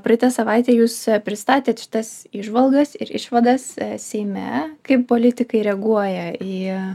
praeitą savaitę jūs pristatėt šitas įžvalgas ir išvadas seime kaip politikai reaguoja į